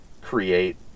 create